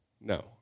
no